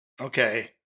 Okay